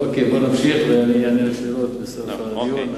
אוקיי, בוא נמשיך ואני אענה על שאלות בסוף הדיון.